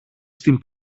στην